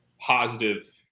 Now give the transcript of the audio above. positive